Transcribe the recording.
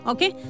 Okay